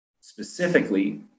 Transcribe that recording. specifically